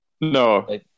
no